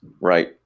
right